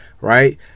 right